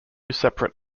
separate